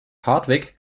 hartwig